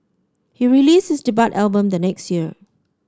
he released this debut album the next year